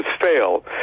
fail